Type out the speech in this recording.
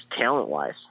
talent-wise